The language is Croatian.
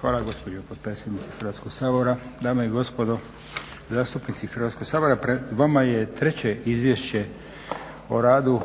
Hvala gospođo potpredsjednice Hrvatskog sabora. Dame i gospodo zastupnici Hrvatskog sabora. Pred vama je 3. izvješće o radu